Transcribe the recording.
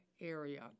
area